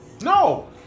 No